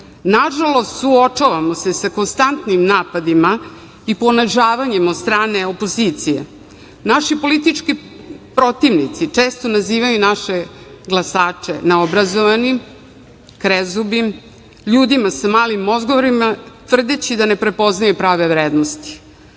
važno. Nažalost, suočavamo se sa konstantnim napadima i ponižavanjem od strane opozicije. Naši politički protivnici često nazivaju naše glasače neobrazovanim, krezubim, ljudima sa malim mozgovima, tvrdeći da ne prepoznaju prave vrednosti. Takva